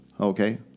Okay